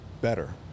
better